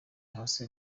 hasi